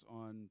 on